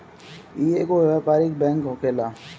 इ एगो व्यापारिक बैंक होखेला